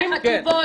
כן.